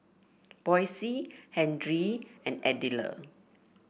Boysie Henry and Ardelia